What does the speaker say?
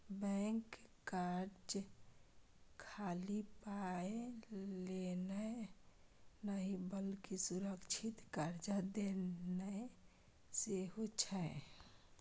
बैंकक काज खाली पाय लेनाय नहि बल्कि सुरक्षित कर्जा देनाय सेहो छै